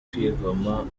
kwigomwa